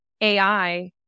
AI